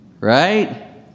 right